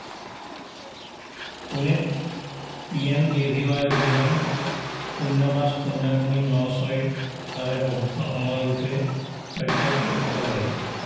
পুনেত P M K V Y অধিবেশন শূন্য পাঁচ শূন্য তিনি ন ছয়ৰ বাবে প্ৰশিক্ষণ সময়ৰ বিষয়ে তথ্য ক'ত পাব পাৰি